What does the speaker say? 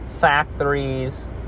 factories